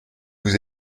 vous